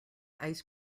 ice